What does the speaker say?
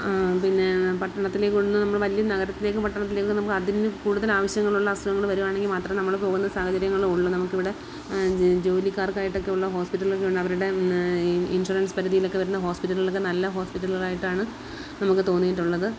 പിന്നെ പട്ടണത്തിലേക്ക് നമ്മൾ വലിയ നഗരത്തിലേക്കും പട്ടണത്തിലേക്കുമൊക്കെ നമുക്ക് അതിന് കൂടുതൽ ആവശ്യങ്ങളുള്ള അസുഖങ്ങൾ വരുവാണെങ്കിൽ മാത്രം നമ്മൾ പോകുന്ന സാഹചര്യങ്ങളുള്ളൂ നമുക്കിവിടെ ജോലിക്കാർകൊക്കെ ആയിട്ടുള്ള ഹോസ്പിറ്റലൊക്കെ ഉണ്ട് അവരുടെ ഇൻഷുറൻസ് പരിദീലൊക്കെ വരുന്ന ഹോസ്പിറ്റലൊളൊക്കെ നല്ല ഹോസ്പിറ്റലുകളായിട്ടാണ് നമുക്ക് തോന്നിയിട്ടുള്ളത്